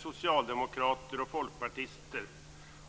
Socialdemokraterna och Folkpartiet,